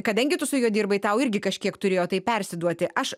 kadangi tu su juo dirbai tau irgi kažkiek turėjo tai persiduoti aš